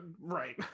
Right